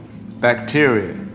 bacteria